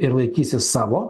ir laikysis savo